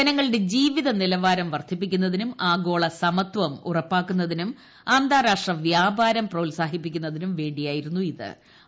ജനങ്ങളുടെ ജീവിത നില്പ്പാർം വർദ്ധിപ്പിക്കുന്നതിനും ആഗോള സമത്വം ഉറപ്പാക്കുന്നതിനു് അന്താരാഷ്ട്ര വ്യാപാരം പ്രോത്സാഹിപ്പിക്കുന്നതിനും വേണ്ടിയായിരുന്നു കൺവെൻഷൻ